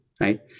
right